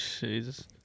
Jesus